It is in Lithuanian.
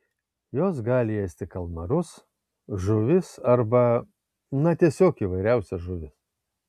jos gali ėsti kalmarus žuvis arba na tiesiog įvairiausias žuvis